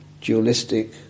dualistic